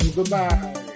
Goodbye